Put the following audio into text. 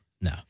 no